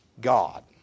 God